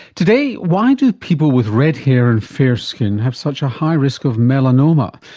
today, why do people with red hair and fair skin have such a high risk of melanoma,